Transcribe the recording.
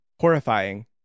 horrifying